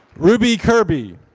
ruby kirby